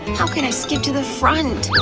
how can i skip to the front?